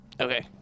okay